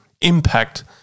impact